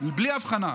בלי הבחנה.